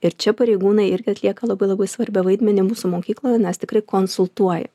ir čia pareigūnai irgi atlieka labai labai svarbią vaidmenį mūsų mokykloje nes tikrai konsultuoja